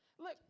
Look